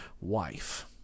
wife